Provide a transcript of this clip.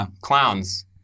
clowns